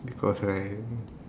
because right